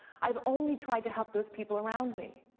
i've only tried to help those people around me.